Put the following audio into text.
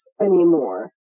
anymore